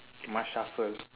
must shuffle